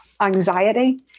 anxiety